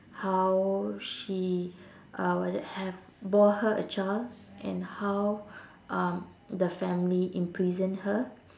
how she uh what's that have bore her a child and how um the family imprisoned her